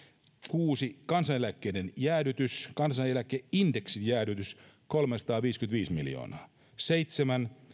kuusi kansaneläkkeiden jäädytys kansaneläkeindeksin jäädytys kolmesataaviisikymmentäviisi miljoonaa seitsemän